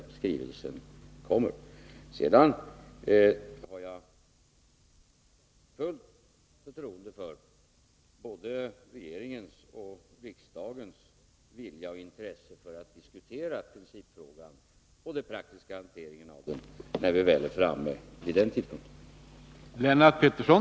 Jag har fullt förtroende för både regeringens och riksdagens vilja och intresse att diskutera principfrågan och den praktiska hanteringen av denna när vi väl är framme vid den tidpunkten.